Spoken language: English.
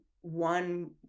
one